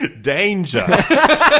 Danger